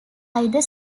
either